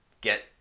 get